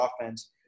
offense